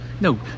No